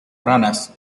ranas